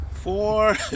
Four